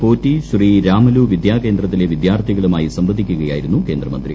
പോറ്റി ശ്രീ രാമുലു വിദ്യാകേന്ദ്രത്തിലെ വിദ്യാർത്ഥികളുമായി സംവദിക്കുകയായിരുന്നു കേന്ദ്രമന്ത്രി